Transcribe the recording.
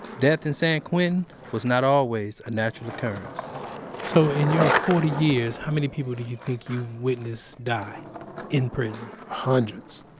death in san quentin was not always a natural occurrence so, in your forty years, how many people do you think you've witnessed die in prison? hundreds.